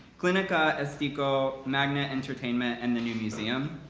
clinica estetico, magnet entertainment, and the new museum.